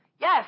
Yes